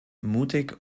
mutig